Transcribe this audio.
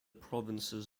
provinces